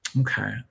Okay